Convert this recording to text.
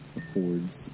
affords